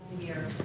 year.